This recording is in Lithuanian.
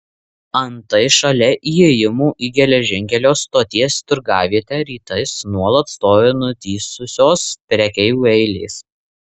antai šalia įėjimų į geležinkelio stoties turgavietę rytais nuolat stovi nutįsusios prekeivių eilės